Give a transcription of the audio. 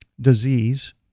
disease